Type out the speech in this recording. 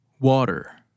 Water